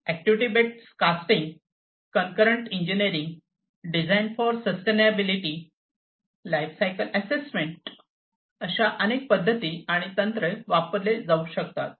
activity based costing concurrent engineering design for sustainability life cycle assessment अशी अनेक पद्धती आणि तंत्रे वापरली जाऊ शकतात